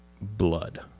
blood